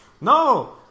No